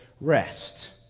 rest